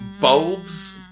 bulbs